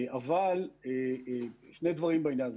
אבל שני דברים בעניין הזה.